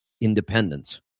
independence